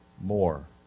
more